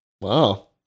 Wow